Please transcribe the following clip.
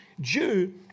Jew